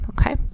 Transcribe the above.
Okay